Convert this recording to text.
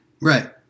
Right